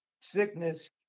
Sickness